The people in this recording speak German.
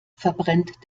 verbrennt